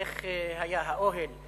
איך היה האוהל?